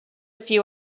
few